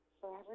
Forever